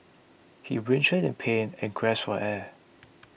he writhed in pain and gasped for air